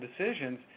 decisions